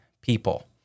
people